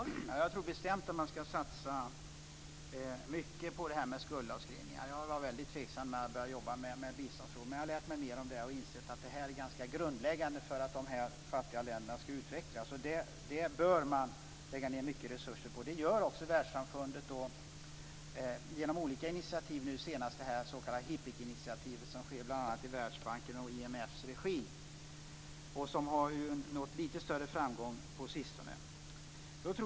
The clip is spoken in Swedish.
Fru talman! Jag tror bestämt att man ska satsa mycket på det här med skuldavskrivningar. Jag var väldigt tveksam när jag började jobba med biståndsfrågor. Men jag har lärt mig mer om det här och insett att detta är ganska grundläggande för att de fattiga länderna ska utvecklas. Det bör man lägga ned mycket resurser på, och det gör också världssamfundet genom olika initiativ, senast det s.k. HIPC-initiativet. Det sker bl.a. i Världsbankens och IMF:s regi, och det har ju nått lite större framgång på sistone.